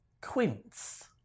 quince